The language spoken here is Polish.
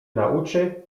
nauczy